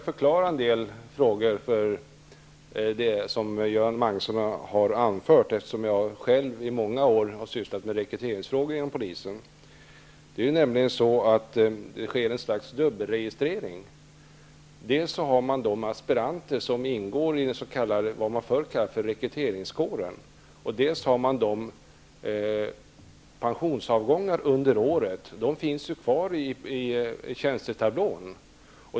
Fru talman! Eftersom jag själv i många år har sysslat med rekryteringsfrågor inom polisen, skall jag försöka förklara en del av det som Göran Magnusson har anfört. Det sker ett slags dubbelregistrering. Dels tar man med de aspiranter som ingår i det som förr kallades för rekryteringskåren, dels finns pensionsavgångarna under året med i tjänstetablån.